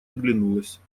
оглянулась